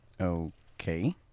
Okay